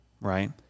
right